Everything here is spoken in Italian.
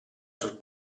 sul